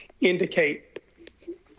indicate